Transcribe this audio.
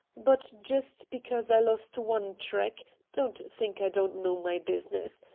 but just because i lost one trick, don't think i don't know my business.